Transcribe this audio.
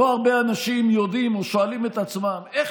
לא הרבה אנשים יודעים או שואלים את עצמם איך